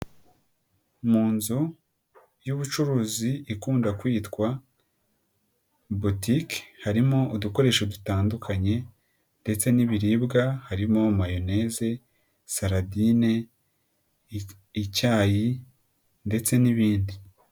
Mu nzu y'ubucuruzi ikunda kwitwa butike harimo udukoresho dutandukanye ndetse n'ibiribwa harimo mayoneze, saradine, icyayi ndetse n'ibindi.